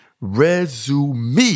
resume